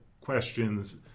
questions